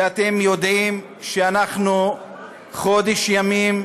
ואתם יודעים שאנחנו חודש ימים,